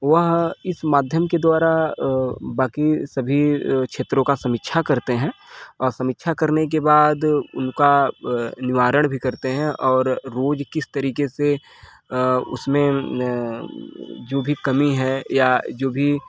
वह इस माध्यम के द्वारा अ बाकी सभी क्षेत्रों का समीक्षा करते हैं और समीक्षा करने के बाद उनका अ निवारण भी करते हैं और रोज किस तरीके से अ उसमें जो भी कमी है या जो भी